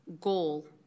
goal